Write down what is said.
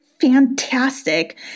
Fantastic